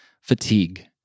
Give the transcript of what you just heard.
fatigue